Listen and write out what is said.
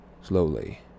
Slowly